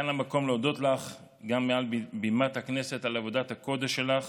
כאן המקום להודות לך גם מעל בימת הכנסת על עבודת הקודש שלך